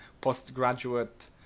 postgraduate